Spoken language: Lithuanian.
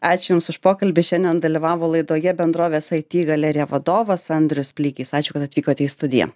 ačiū jums už pokalbį šiandien dalyvavo laidoje bendrovės aiti galerija vadovas andrius pleikys ačiū kad atvykote į studiją